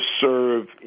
serve